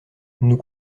nous